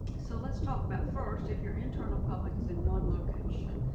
so let's talk about first, if your internal public is in one location.